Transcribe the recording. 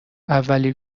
اولی